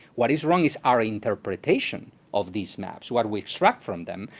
what is wrong is our interpretation of these maps, what we extract from them,